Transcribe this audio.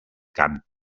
cant